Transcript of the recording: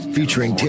Featuring